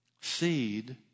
Seed